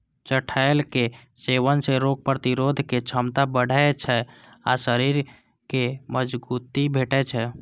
चठैलक सेवन सं रोग प्रतिरोधक क्षमता बढ़ै छै आ शरीर कें मजगूती भेटै छै